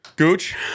Gooch